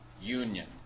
union